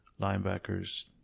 linebackers